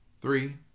Three